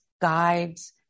guides